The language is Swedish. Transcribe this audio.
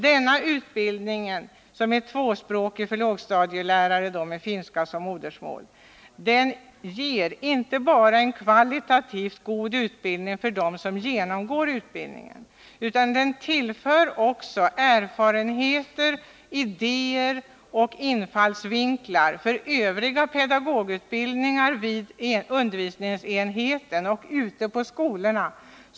Denna tvåspråkiga undervisning för lågstadielärare med finska som modersmål ger inte bara en kvalitativt god utbildning för dem som genomgår den, utan den ger också erfarenheter, idéer och infallsvinklar för övrig pedagogutbildning vid undervisningsenheten och ute på skolorna.